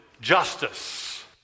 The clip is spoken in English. justice